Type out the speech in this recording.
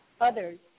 others